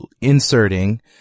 inserting